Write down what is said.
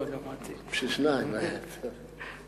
בשביל שתיים היה טוב.